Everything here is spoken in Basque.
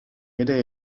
ere